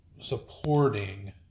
supporting